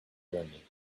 journey